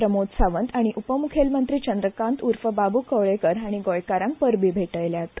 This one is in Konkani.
प्रमोद सावंत आनी उपमुखेलमंत्री चंद्रकांत कवळेंकार हांणी गोंयकारांक परबीं भेटयल्यात